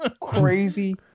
Crazy